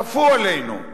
כפו עלינו.